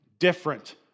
different